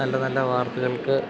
നല്ല നല്ല വാർത്തകളൊക്കെ